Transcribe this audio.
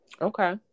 okay